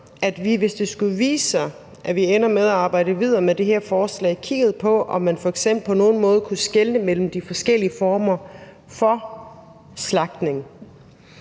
vi, hvis det skulle vise sig, at vi ender med at arbejde videre med det her forslag, kiggede på, om man f.eks. på nogen måde kunne skelne mellem de forskellige former for slagtning.